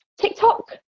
TikTok